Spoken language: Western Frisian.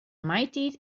maitiid